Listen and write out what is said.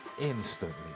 instantly